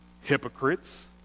Hypocrites